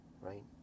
right